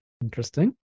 Interesting